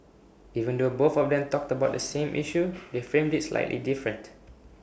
even though both of them talked about the same issue they framed IT slightly different